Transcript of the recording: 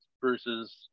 Bruce's